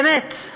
באמת,